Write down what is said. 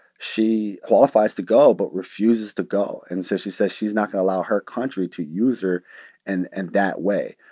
she qualifies to go but refuses to go. and so she says she's not going allow her country to use her in and and that way.